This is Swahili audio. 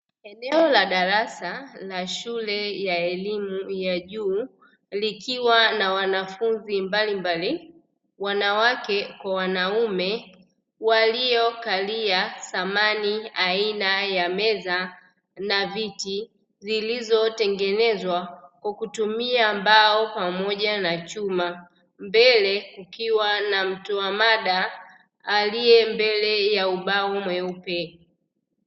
Eneo la darasa la shule ya elimu ya juu likiwa na wanafunzi mbalimbali, wanawake kwa wanaume waliokalia samani aina ya meza na viti vilivyotengenezwa kwa kutumia mbao pamoja na chuma; mbele kukiwa na mtoa mada aliyembele ya ubao mweupe.